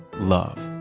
love.